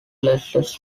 lasted